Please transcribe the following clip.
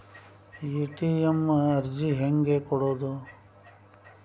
ATM ಅರ್ಜಿ ಹೆಂಗೆ ಕೊಡುವುದು?